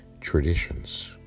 traditions